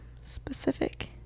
specific